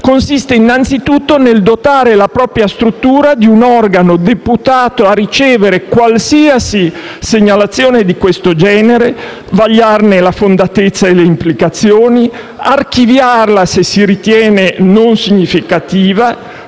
consiste innanzitutto nel dotare la propria struttura di un organo deputato a ricevere qualsiasi segnalazione di questo genere, vagliarne la fondatezza e le implicazioni, archiviarla se la si ritiene non significativa,